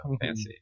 fancy